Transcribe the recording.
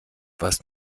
was